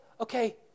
okay